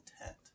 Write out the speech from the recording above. intent